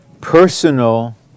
personal